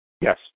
Yes